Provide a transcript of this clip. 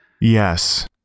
Yes